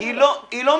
היא לא מתכתבת